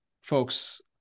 folks